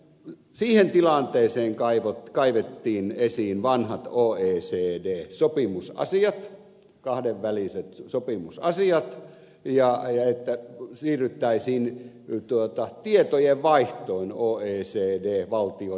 sitten siihen tilanteeseen kaivettiin esiin vanhat oecd sopimusasiat kahdenväliset sopimusasiat että siirryttäisiin tietojenvaihtoon oecd valtioiden kesken